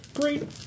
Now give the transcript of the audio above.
Great